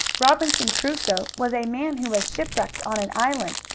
robinson crusoe was a man who was shipwrecked on an island,